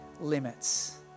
limits